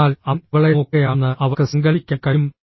അതിനാൽ അവൻ അവളെ നോക്കുകയാണെന്ന് അവൾക്ക് സങ്കൽപ്പിക്കാൻ കഴിയും